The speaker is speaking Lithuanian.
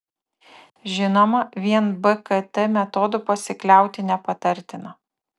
žinoma vien bkt metodu pasikliauti nepatartina